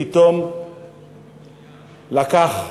פתאום לקח חיים.